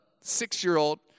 six-year-old